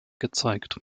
gezeigt